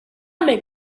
make